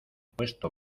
puesto